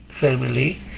family